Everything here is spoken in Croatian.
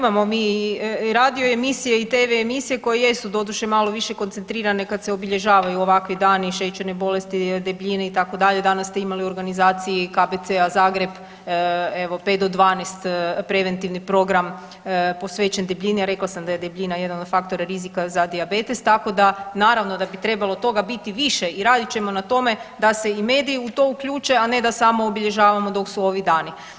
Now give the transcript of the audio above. Pa imamo mi i radio emisije i tv emisije koje jesu doduše malo više koncentrirane kad se obilježavaju ovakvi dani šećerne bolesti, debljine itd., danas ste imali u organizaciji KBC-a Zagreb evo 5 do 12 preventivni program posvećen debljini, a rekla sam da je debljina jedan od faktora rizika za dijabetes, tako da naravno da bi trebalo toga biti više i radit ćemo na tome da se i mediji u to uključe, a ne da samo obilježavamo dok su ovi dani.